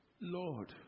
Lord